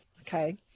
Okay